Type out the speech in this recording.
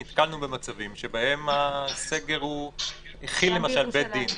נתקלנו במצבים שבהם הסגר הכיל למשל בית דין,